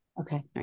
Okay